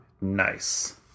Nice